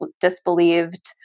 disbelieved